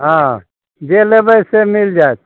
हँ जे लेबै से मिल जायत